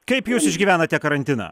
kaip jūs išgyvenate karantiną